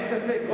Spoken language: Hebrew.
אין ספק.